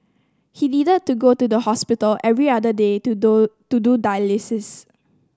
he needed to go to the hospital every other day to do to do dialysis